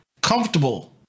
comfortable